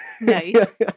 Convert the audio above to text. Nice